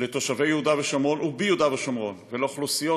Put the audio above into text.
לתושבי יהודה ושומרון וביהודה ושומרון ולאוכלוסיות,